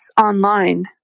online